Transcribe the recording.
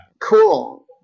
cool